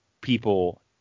people